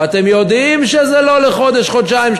ואתם יודעים שזה לא לחודש-חודשיים-שלושה.